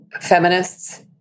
feminists